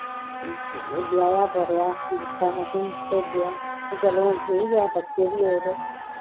ब्याहेआ बरेआ दित्ता असेंगी भेजेआ बा चलो ठीक ऐ हून बच्चे बी होए दे